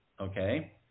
okay